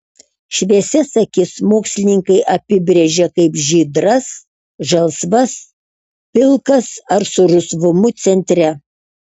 šviesias akis mokslininkai apibrėžia kaip žydras žalsvas pilkas ar su rusvumu centre